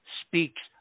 speaks